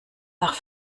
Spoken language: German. nach